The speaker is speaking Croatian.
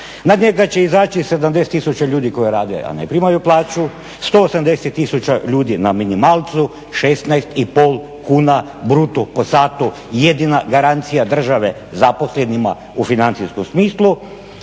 Nadalje, da će izaći 70 tisuća ljudi koji rade, a ne primaju plaću, 180 tisuća ljudi na minimalcu, 16,5 kuna bruto po satu, jedina garancija države zaposlenima u financijskom smislu